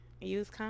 Use